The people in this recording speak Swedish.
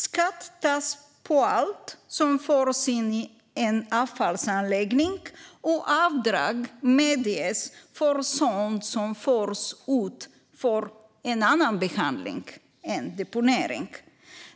Skatt tas ut på allt som förs in på en avfallsanläggning, och avdrag medges för sådant som förs ut för annan behandling än deponering.